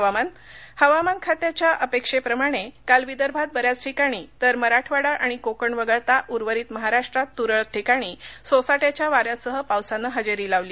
हवामान हवामान खात्याच्या अपेक्षेप्रमाणे काल विदर्भात बऱ्याच ठिकाणी तर मराठवाडा आणि कोकण वगळता उर्वरित महाराष्ट्रात तुरळक ठिकाणी सोसाट्याच्या वाऱ्यासह पावसानं हजेरी लावली